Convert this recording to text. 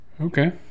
Okay